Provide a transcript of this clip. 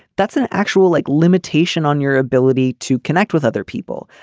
that's an actual like limitation on your ability to connect with other people.